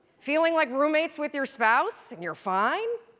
feeling like roommates with your spouse, and you're fine?